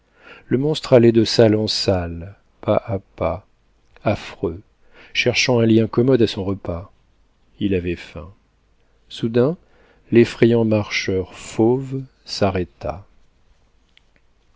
le monstre allait de salle en salle pas à pas affreux cherchant un lieu commode à son repas il avait faim soudain l'effrayant marcheur fauve s'arrêta